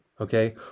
Okay